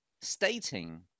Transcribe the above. stating